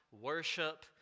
worship